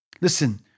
Listen